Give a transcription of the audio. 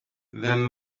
than